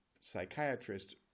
psychiatrist